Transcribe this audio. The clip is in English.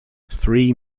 three